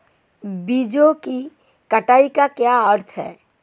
बीजों की कटाई का क्या अर्थ है?